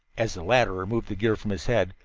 as the latter removed the gear from his head,